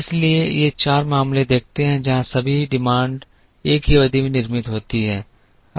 इसलिए ये चार मामले देखते हैं जहां सभी मांगें एक ही अवधि में निर्मित होती हैं